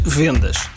vendas